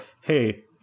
hey